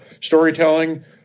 storytelling